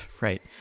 Right